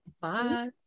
bye